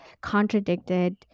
contradicted